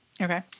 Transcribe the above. Okay